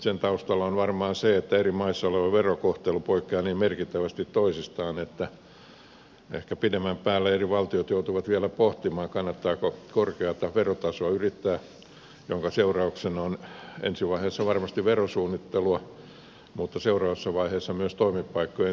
sen taustalla on varmaan se että verokohtelut eri maissa poikkeavat niin merkittävästi toisistaan että ehkä pidemmän päälle eri valtiot joutuvat vielä pohtimaan kannattaako korkeata verotasoa yrittää koska seurauksena on ensi vaiheessa varmasti verosuunnittelua mutta seuraavassa vaiheessa myös toimipaikkojen siirtymistä